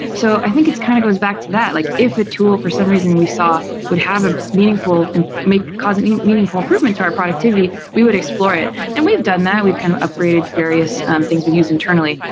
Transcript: so i think it kind of goes back to that. like if a tool for some reason we saw would have a meaningful and may cause any meaningful improvement to our productivity, we would explore it. and we've done that. we've kind of upgraded various things we use internally,